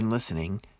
Listening